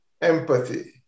empathy